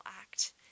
act